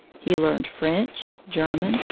he learned french, german,